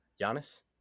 Giannis